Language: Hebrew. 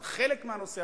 על חלק מהנושא,